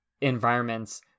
environments